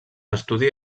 estudi